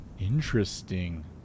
Interesting